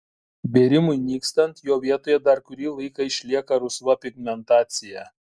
bėrimui nykstant jo vietoje dar kurį laiką išlieka rusva pigmentacija